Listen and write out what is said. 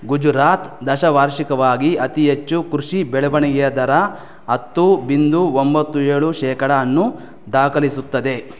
ಗುಜರಾತ್ ದಶವಾರ್ಷಿಕವಾಗಿ ಅತಿ ಹೆಚ್ಚು ಕೃಷಿ ಬೆಳವಣಿಗೆಯ ದರ ಹತ್ತು ಬಿಂದು ಒಂಬತ್ತು ಏಳು ಶೇಕಡವನ್ನು ದಾಖಲಿಸುತ್ತದೆ